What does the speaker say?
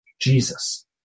Jesus